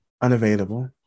unavailable